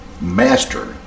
master